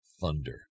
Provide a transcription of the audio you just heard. thunder